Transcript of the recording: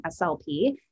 SLP